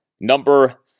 number